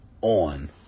on